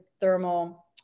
thermal